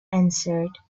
answered